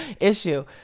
issue